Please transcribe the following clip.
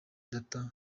data